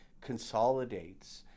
consolidates